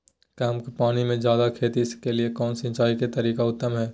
कम पानी में जयादे खेती के लिए कौन सिंचाई के तरीका उत्तम है?